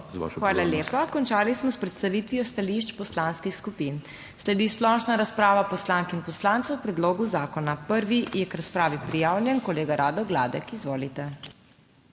Hvala. Končali smo s predstavitvijo stališč poslanskih skupin. Sledi splošna razprava poslank in poslancev o predlogu zakona. Prvi je k razpravi prijavljen gospod Andrej Kosi. Izvolite.